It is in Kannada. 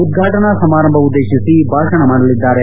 ಉದ್ವಾಟನಾ ಸಮಾರಂಭ ಉದ್ದೇಶಿಸಿ ಭಾಷಣ ಮಾಡಲಿದ್ದಾರೆ